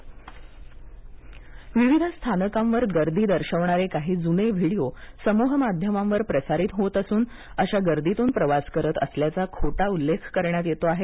railway विविध स्थानकांवर गर्दी दर्शविणारे काही जुने व्हिडिओ समूह माध्यमांवर प्रसारीत होत असून लोक अशा गर्दीतून प्रवास करत करत असल्याचा खोटा उल्लेख करण्यात येतो आहे